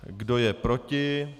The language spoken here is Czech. Kdo je proti?